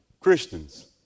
Christians